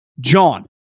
JOHN